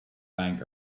bank